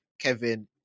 Kevin